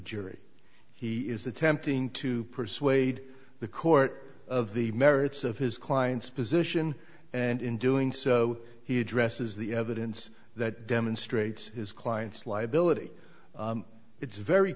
jury he is attempting to persuade the court of the merits of his client's position and in doing so he addresses the evidence that demonstrates his client's liability it's very